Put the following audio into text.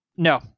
No